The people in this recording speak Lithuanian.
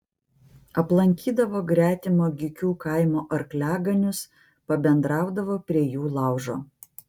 aplankydavo gretimo gykių kaimo arkliaganius pabendraudavo prie jų laužo